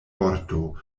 vorto